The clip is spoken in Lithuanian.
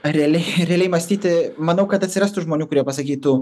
ar realiai realiai mąstyti manau kad atsirastų žmonių kurie pasakytų